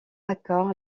accord